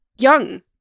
young